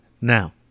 Now